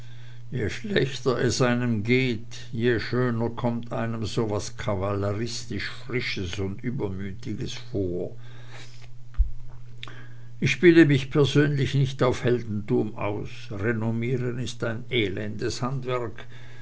schlechter es einem geht je schöner kommt einem so was kavalleristisch frisches und übermütiges vor ich spiele mich persönlich nicht auf heldentum aus renommieren ist ein elendes handwerk